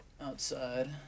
outside